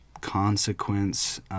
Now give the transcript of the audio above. consequence